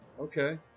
Okay